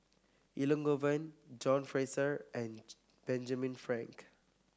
Elangovan John Fraser and Benjamin Frank